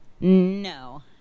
No